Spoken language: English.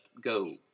go